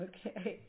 Okay